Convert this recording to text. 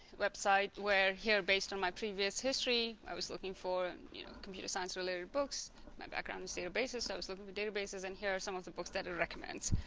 website where here based on my previous history i was looking for you know computer science related books my background is databases i was looking for databases and here are some of the books that it recommends